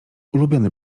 ulubiony